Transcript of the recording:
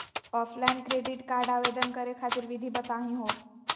Offline credit card आवेदन करे खातिर विधि बताही हो?